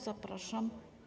Zapraszam.